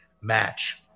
match